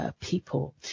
people